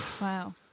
Wow